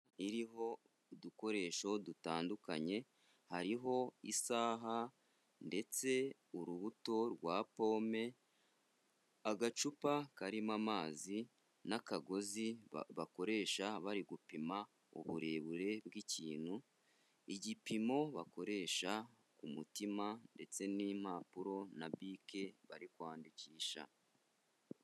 Iriho udukoresho dutandukanye, hariho isaha ndetse urubuto rwa pome, agacupa karimo amazi n'akagozi bakoresha bari gupima uburebure bw'ikintu igipimo bakoresha ku mutima ndetse n'impapuro n'ikaramu bari kwandikisha.